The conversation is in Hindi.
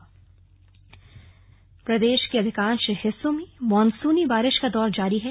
स्लग मौसम प्रदेश के अधिकांश हिस्सों में मॉनसूनी बारिश का दौर जारी है